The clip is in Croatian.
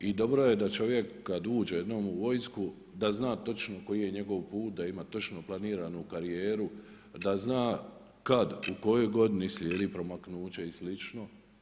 I dobro je da čovjek kad uđe jednom u vojsku da zna točno koji je njegov put, da ima točno planiranu karijeru, da zna kad, u kojoj godini slijedi promaknuće i slično.